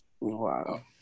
Wow